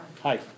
hi